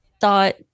thought